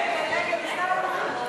אבקש לא להפריע, אנחנו